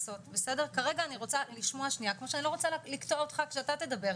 כמו שאני לא רוצה לקטוע אותך כשאתה מדבר.